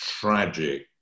tragic